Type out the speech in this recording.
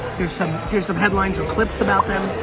here's some here's some headlines or clips about them.